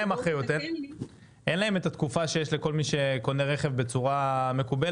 אין להם את התקופה שיש לכל מי שקונה רכב בצורה מקובלת.